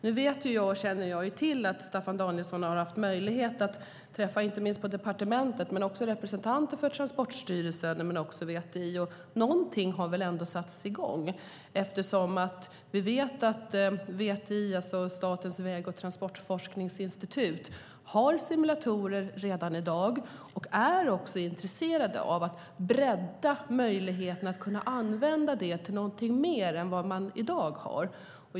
Nu känner jag till att Staffan Danielsson har haft möjlighet att träffa personer inte minst på departementet men också representanter för Transportstyrelsen och VTI. Någonting har väl ändå satts i gång. Vi vet att VTI, Statens väg och transportforskningsinstitut, har simulatorer redan i dag. Det är också intresserat av att bredda möjligheten att använda det till någonting mer än vad man i dag gör.